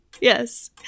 Yes